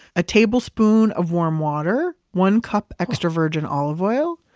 a tablespoon of warm water, one cup extra virgin olive oil,